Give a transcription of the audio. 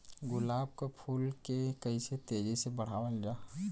गुलाब क फूल के कइसे तेजी से बढ़ावल जा?